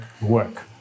work